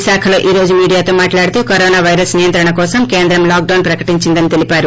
విశాఖలో ఈరోజు మీడియాతో మాట్లాడుతూ కరోనా పైరస్ నియంత్రణ కోసం కేంద్రం లాక్ డౌన్ ప్రకటించిందని తెలిపారు